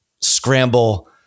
scramble